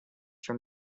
from